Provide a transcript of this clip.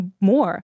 more